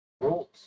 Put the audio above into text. Rules